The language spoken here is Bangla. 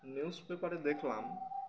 নিউজ পেপারে দেখলাম